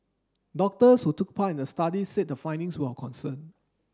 doctors who took part in the study said the findings were of concern